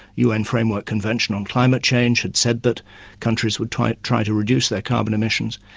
un framework convention on climate change had said that countries would try try to reduce their carbon emissions,